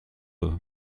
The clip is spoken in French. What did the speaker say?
eux